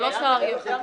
ולא שרר ייבוא.